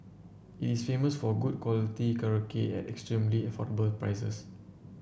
it is famous for good quality karaoke at extremely affordable prices